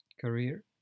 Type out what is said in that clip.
career